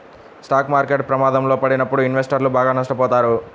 stock market ప్రమాదంలో పడినప్పుడు ఇన్వెస్టర్లు బాగా నష్టపోతారు